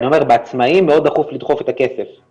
אני אומר שבעצמאים מאוד דחוף לדחוף את הכסף,